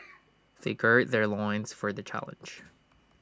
they gird their loins for the challenge